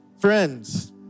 Friends